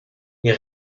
les